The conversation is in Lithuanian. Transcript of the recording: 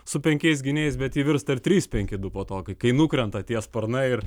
su penkiais gynėjais bet ji virsta trys penki du po tokio kai nukrenta tie sparnai ir